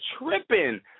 tripping